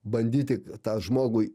bandyti tą žmogui